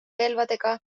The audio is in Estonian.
relvadega